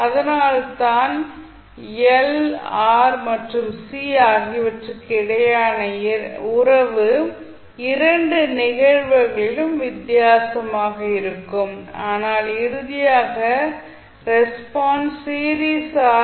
அதனால்தான் L R L R மற்றும் C ஆகியவற்றுக்கு இடையேயான உறவு இரண்டு நிகழ்வுகளிலும் வித்தியாசமாக இருக்கும் ஆனால் இறுதியாக ரெஸ்பான்ஸ் சீரிஸ் ஆர்